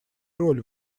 роль